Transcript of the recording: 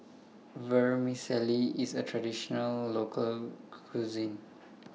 Vermicelli IS A Traditional Local Cuisine